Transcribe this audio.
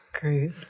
Great